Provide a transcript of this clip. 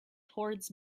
towards